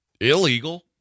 illegal